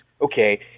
okay